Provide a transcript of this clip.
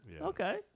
Okay